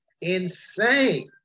insane